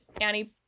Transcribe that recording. Annie